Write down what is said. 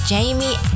Jamie